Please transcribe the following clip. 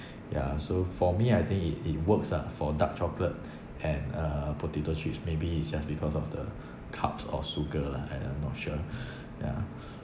ya so for me I think it it works lah for dark chocolate and uh potato chips maybe it's just because of the cups of sugar lah and I'm not sure yeah